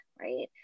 right